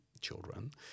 children